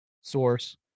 source